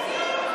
נתניהו.